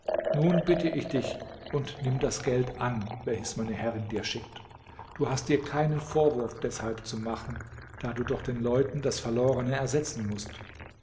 nun bitte ich dich und nimm das geld an welches meine herrin dir schickt du hast dir keinen vorwurf deshalb zu machen da du doch den leuten das verlorene ersetzen mußt